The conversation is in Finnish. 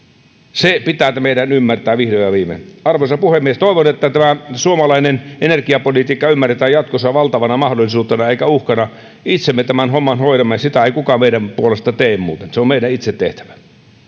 se pitää meidän ymmärtää vihdoin ja viimein arvoisa puhemies toivon että tämä suomalainen energiapolitiikka ymmärretään jatkossa valtavana mahdollisuutena eikä uhkana itse me tämän homman hoidamme sitä ei muuten kukaan meidän puolestamme tee se on meidän itse tehtävä